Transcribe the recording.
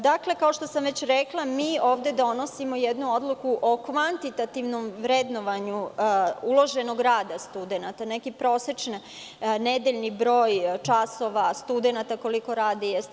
Dakle, kao što sam već rekla, ovde donosimo jednu odluku o kvantitativnom vrednovanju uloženog rada studenata, neki prosečni nedeljni broj časova studenata koliko radi, 40 sati.